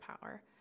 power